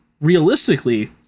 realistically